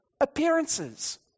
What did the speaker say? Appearances